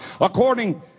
According